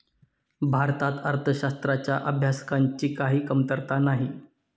भारतात अर्थशास्त्राच्या अभ्यासकांची काही कमतरता नाही